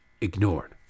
ignored